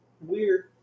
Weird